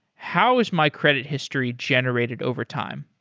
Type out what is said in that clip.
how is my credit history generated overtime?